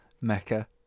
Mecca